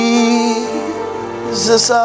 Jesus